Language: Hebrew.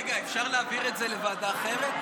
רגע, אפשר להעביר את זה לוועדה אחרת?